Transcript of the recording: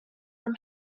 from